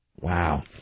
Wow